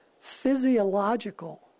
physiological